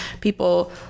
people